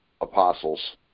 apostles